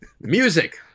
Music